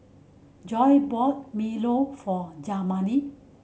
Joe bought milo for Jamari